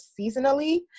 seasonally